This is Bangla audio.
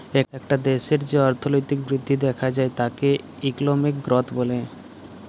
একটা দ্যাশের যে অর্থলৈতিক বৃদ্ধি দ্যাখা যায় তাকে ইকলমিক গ্রথ ব্যলে